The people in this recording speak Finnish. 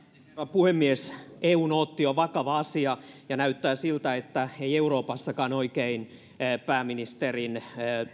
puhemies eu nootti on vakava asia näyttää siltä että ei euroopassakaan oikein pääministerin